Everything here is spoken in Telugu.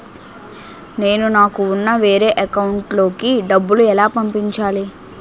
నేను నాకు ఉన్న వేరే అకౌంట్ లో కి డబ్బులు ఎలా పంపించాలి?